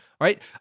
right